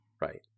right